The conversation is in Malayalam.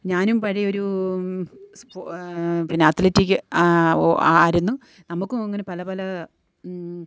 ഞാനും പഴയൊരൂ സ്പോ പിന്ന അത്ലറ്റിക് വോ ആയിരുന്നു നമ്മക്കുമങ്ങനെ പല പല